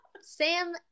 Sam